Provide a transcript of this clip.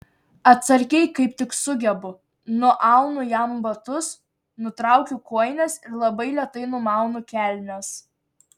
atsargiai kaip tik sugebu nuaunu jam batus nutraukiu kojines ir labai lėtai numaunu kelnes